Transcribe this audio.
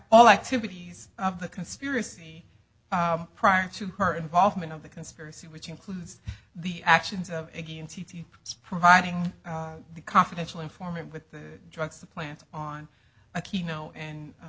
all activities of the conspiracy prior to her involvement of the conspiracy which includes the actions of providing the confidential informant with drugs plant on a keno and